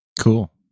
Cool